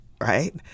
right